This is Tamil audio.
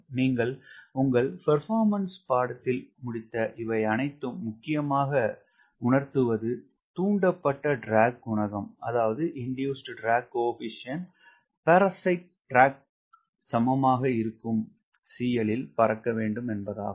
நீங்கள் உங்கள் பெர்பமன்ஸ் பாடத்தில் முடித்த இவை அனைத்தும் முக்கியமாக உணத்துவது தூண்டப்பட்ட ட்ராக் குணகம் பாராசிட் ட்ராக் சமமாக இருக்கும் CL ல் பறக்கவேண்டும் என்பதாகும்